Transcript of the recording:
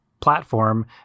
platform